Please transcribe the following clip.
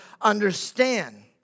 understand